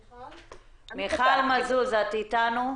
מכיל מזוז, את אתנו?